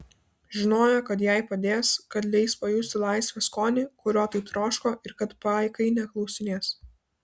žinojo kad jai padės kad leis pajusti laisvės skonį kurio taip troško ir kad paikai neklausinės